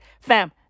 Fam